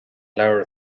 leabhar